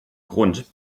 grund